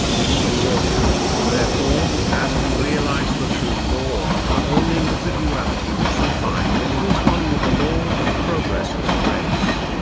in proportion, therefore, as we realise the true law of our own individuality we shall find that it is one with the law of progress for the race.